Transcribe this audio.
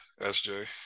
sj